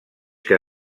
que